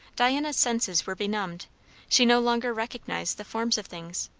diana's senses were benumbed she no longer recognised the forms of things,